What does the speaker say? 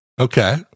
Okay